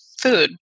food